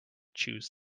chose